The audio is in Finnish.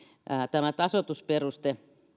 tämän tasoitusperusteen